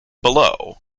below